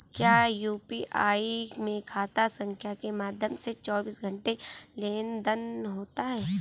क्या यू.पी.आई में खाता संख्या के माध्यम से चौबीस घंटे लेनदन होता है?